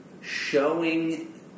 Showing